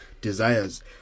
desires